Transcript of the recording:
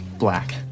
black